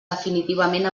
definitivament